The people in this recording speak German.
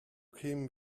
kämen